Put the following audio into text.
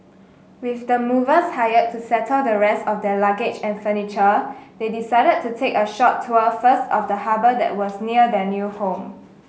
with the movers hired to settle the rest of their luggage and furniture they decided to take a short tour first of the harbour that was near their new home